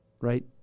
right